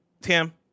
Tim